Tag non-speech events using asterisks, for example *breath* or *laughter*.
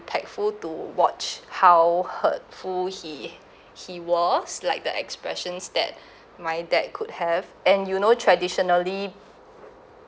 impactful to watch how hurtful he he was like the expressions that *breath* my dad could have and you know traditionally